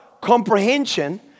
comprehension